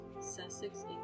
Sussex